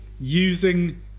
using